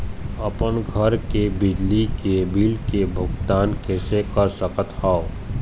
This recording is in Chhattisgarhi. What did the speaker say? अपन घर के बिजली के बिल के भुगतान कैसे कर सकत हव?